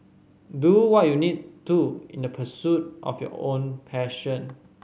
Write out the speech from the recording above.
do what you need to in the pursuit of your own passion